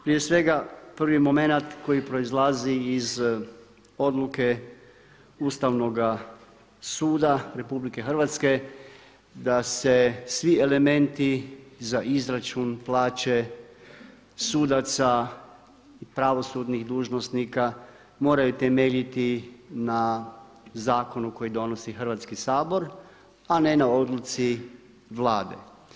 Prije svega prvi momenat koji proizlazi iz odluke Ustavnoga suda RH da se svi elementi za izračun plaće sudaca i pravosudnih dužnosnika moraju temeljiti na zakonu koji donosi Hrvatski sabor a ne na odluci Vlade.